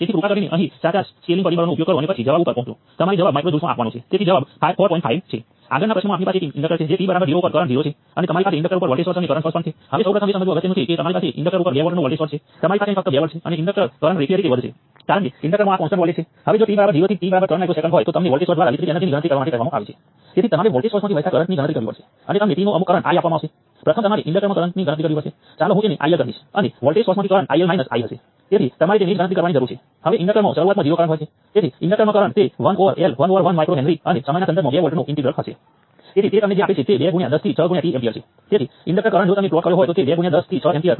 તેથી આ ઈક્વેશનની માત્ર જમણી બાજુ બદલશે અને ફરીથી જવાબ એકદમ સ્પષ્ટ છે આ એલિમેન્ટ જે નોડ 3 માં આપવામાં આવેલો કુલ કરંટ હતો તે I3 હતો અને હવે તે માઈનસ I3 થઈ ગયો છે જે બધુ જ છે અને તે કોઈપણ રીતે નાનું સ્પષ્ટ છે કારણ કે આપણે ફક્ત દિશા કરંટ સોર્સને ઉલટાવીએ છીએ